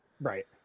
Right